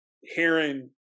hearing